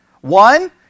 One